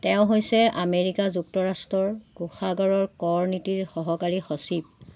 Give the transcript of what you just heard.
তেওঁ হৈছে আমেৰিকা যুক্তৰাষ্ট্ৰৰ কোষাগাৰৰ কৰ নীতিৰ সহকাৰী সচিব